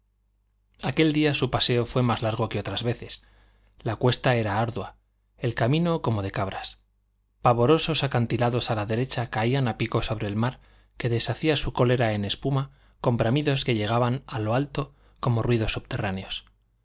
aquel día su paseo fue más largo que otras veces la cuesta era ardua el camino como de cabras pavorosos acantilados a la derecha caían a pico sobre el mar que deshacía su cólera en espuma con bramidos que llegaban a lo alto como ruidos subterráneos